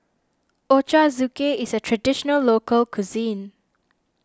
Ochazuke is a Traditional Local Cuisine